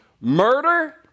Murder